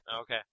Okay